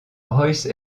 royce